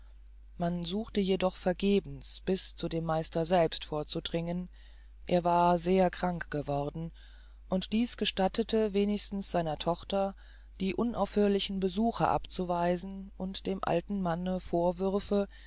man suchte jedoch vergebens bis zu dem meister selbst vorzudringen er war sehr krank geworden und dies gestattete wenigstens seiner tochter die unaufhörlichen besuche abzuweisen und dem alten manne vorwürfe